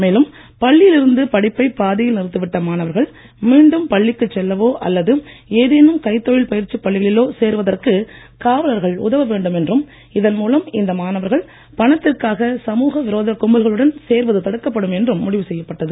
மேலும் பள்ளியில் இருந்து படிப்பை பாதியில் நிறுத்திவிட்ட மாணவர்கள் ஏதேனும் கைத்தொழில் பயிற்சிப் பள்ளிகளிலோ சேருவதற்கு காவலர்கள் நடவடிக்கை எடுக்க வேண்டும் என்றும் இதன் மூலம் இந்த மாணவர்கள் பணத்திற்காக சமூக விரோத கும்பல்களுடன் சேர்வது தடுக்கப்படும் என்று முடிவு செய்யப்பட்டது